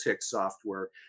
software